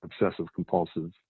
obsessive-compulsive